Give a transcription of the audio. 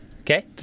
Okay